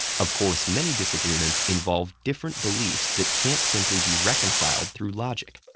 of course, many disagreements involve different beliefs that can't simply be reconciled through logic.